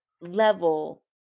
level